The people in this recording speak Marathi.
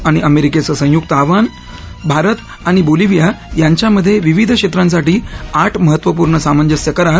आणि अमेरिकेचं संयुक्त आवाहन भारत आणि बोलिव्हिया यांच्यामध्ये विविध क्षेत्रांसाठी आठ महत्त्वपूर्ण सामंजस्य करार